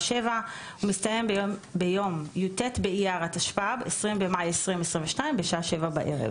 07:00 ומסתיימת ביום י"ט באייר התשפ"ב (20 במאי 2022) בשעה 19:00,